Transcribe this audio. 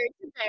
today